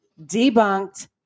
debunked